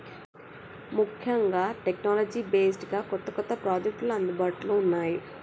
ముఖ్యంగా technology based గా కొత్త కొత్త ప్రాజెక్టులు అందుబాటులో ఉన్నాయి